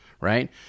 right